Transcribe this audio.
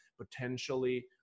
potentially